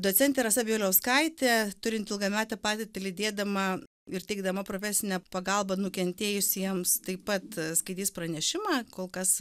docentė rasa bieliauskaitė turinti ilgametę patirtį lydėdama ir teikdama profesinę pagalbą nukentėjusiems taip pat skaitys pranešimą kol kas